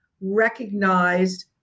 recognized